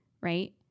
right